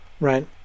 right